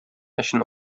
өчен